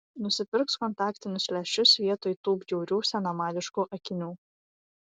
nusipirks kontaktinius lęšius vietoj tų bjaurių senamadiškų akinių